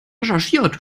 recherchiert